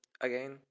again